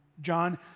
John